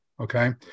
Okay